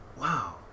wow